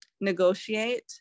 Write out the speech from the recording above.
negotiate